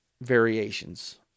variations